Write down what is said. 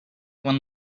when